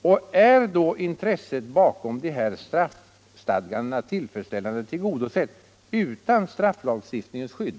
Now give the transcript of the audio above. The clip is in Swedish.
Och är intresset bakom de här straffstadgandena tillfredsställande tillgodosett utan strafflagstiftningens skydd?